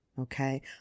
Okay